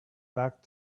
back